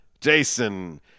Jason